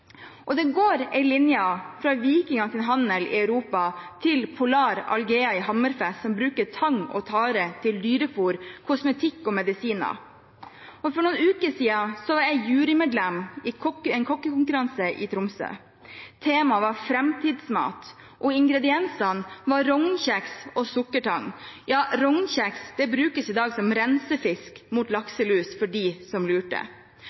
Det går en linje fra vikingenes handel i Europa til Polar Algae i Hammerfest, som bruker tang og tare til dyrefôr, kosmetikk og medisiner. For noen uker siden var jeg jurymedlem i en kokkekonkurranse i Tromsø. Temaet var framtidsmat, og ingrediensene var rognkjeks og sukkertang. Rognkjeks brukes i dag som rensefisk mot lakselus, for dem som lurte.